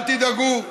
אל תדאגו,